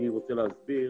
אני רוצה להסביר